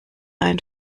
ein